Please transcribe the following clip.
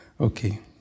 Okay